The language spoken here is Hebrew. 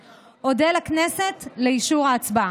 כשאני לא יודע איך אפשר בכלל להציע פשרה.